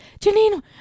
Janine